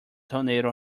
tornado